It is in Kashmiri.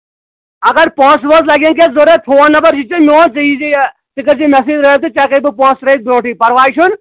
اَگر پونٛسہٕ وونٛسہٕ لَگَن کیٚنہہ ضوٚرَتھ فون نَمبر یہِ چھِ میون ژٕ یی زِ یہِ ژٕ کٔرۍ زِ مےٚ سۭتۍ رٲبطہٕ ژےٚ ہٮ۪کَے بہٕ پونٛسہٕ ترٛٲوِتھ بروںٛٹھٕے پَرواے چھُنہٕ